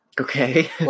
Okay